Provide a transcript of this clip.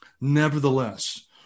Nevertheless